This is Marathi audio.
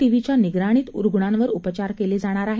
टीव्हीच्या निगराणीत रुग्णांवर उपचार केले जाणार आहेत